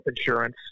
insurance